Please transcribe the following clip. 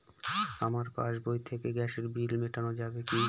আমার পাসবই থেকে গ্যাসের বিল মেটানো যাবে কি?